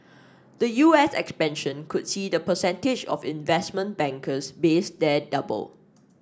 the U S expansion could see the percentage of investment bankers based there double